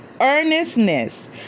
earnestness